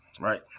right